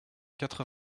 quatre